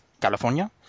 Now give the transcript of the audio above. California